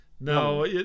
No